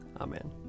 Amen